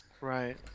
Right